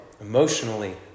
emotionally